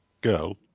Girl